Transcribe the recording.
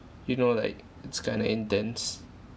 you know like it's kind of intense